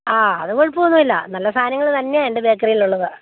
ആ അത് കുഴപ്പം ഒന്നും ഇല്ല നല്ല സാധനങ്ങൾ തന്നെയാണ് എന്റെ ബേക്കറിയിൽ ഉള്ളത്